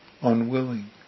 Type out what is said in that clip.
unwilling